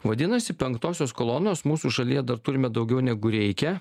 vadinasi penktosios kolonos mūsų šalyje dar turime daugiau negu reikia